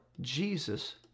Jesus